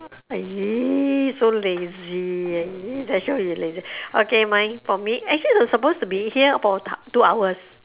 !ee! so lazy !ee! that shows you lazy okay mine for me actually we're supposed to be here for two hours